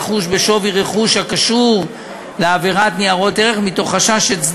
לקריאה שנייה ולקריאה